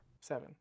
Seven